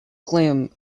claim